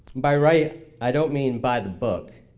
by right, i don't mean by the book.